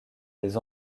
des